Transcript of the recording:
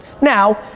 Now